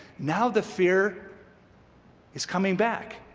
now the fear is coming back.